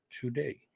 today